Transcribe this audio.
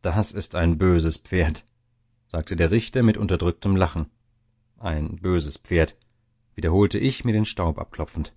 das ist ein böses pferd sagte der richter mit unterdrücktem lachen ein böses pferd wiederholte ich mir den staub abklopfend